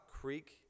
Creek